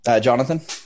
Jonathan